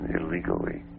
illegally